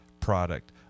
product